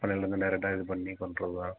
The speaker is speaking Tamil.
பண்ணையிலேருந்து டைரட்டாக இது பண்ணி பண்ணுறதுதான்